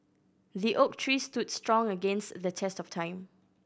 the oak tree stood strong against the test of time